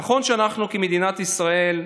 נכון שאנחנו, כמדינת ישראל,